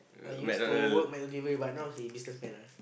I used to work McDelivery but now he business man ah